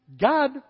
God